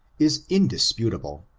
is indisputable.